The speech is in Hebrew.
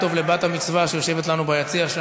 את יודעת מה?